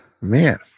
Man